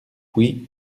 puis